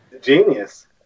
Genius